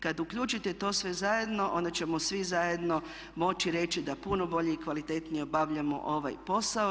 Kada uključite to sve zajedno onda ćemo svi zajedno moći reći da puno bolje i kvalitetnije obavljamo ovaj posao.